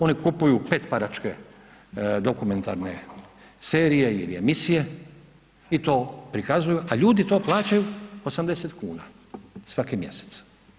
Oni kupuju petparačke dokumentarne serije ili emisije i to prikazuju, a ljudi to plaćaju 80 kn svaki mjesec.